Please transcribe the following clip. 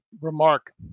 remark